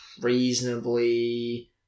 reasonably